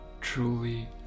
truly